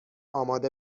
آماده